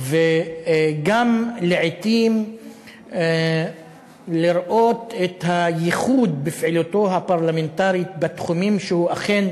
וגם לעתים לראות את הייחוד בפעילותו הפרלמנטרית בתחומים שהוא אכן